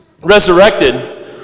resurrected